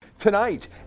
Tonight